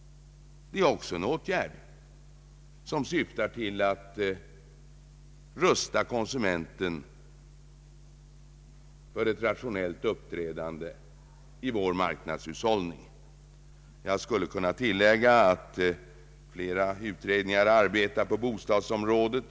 Det är också en åtgärd som syftar till att rusta konsumenten för ett rationellt uppträdande i vår marknadshushållning. Jag skulle kunna tillägga att flera utredningar arbetar på bostadsområdet.